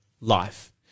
life